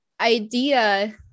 idea